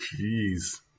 Jeez